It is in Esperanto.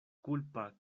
kulpa